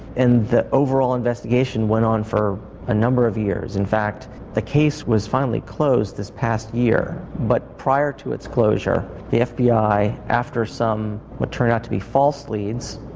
and the overall investigation went on for a number of years, in fact the case was finally closed this past year but prior to its closure the fbi after some what turned out to be false leads,